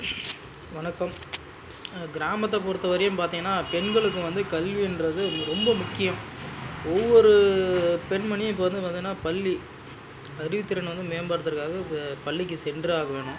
வணக்கம் கிராமத்தை பொறுத்த வரையும் பார்த்திங்கனா பெண்களுக்கு வந்து கல்வின்றது ரொம்ப முக்கியம் ஒவ்வொரு பெண்மணியும் இப்போ வந்து பார்த்திங்கனா பள்ளி அறிவுத்திறன் வந்து மேம்படுத்துகிறதுக்காக பள்ளிக்கு சென்றாக வேணும்